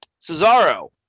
Cesaro